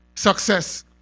success